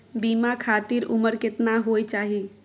बीमा खातिर उमर केतना होय चाही?